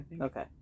Okay